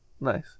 Nice